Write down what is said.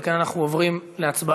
על כן אנחנו עוברים להצבעה,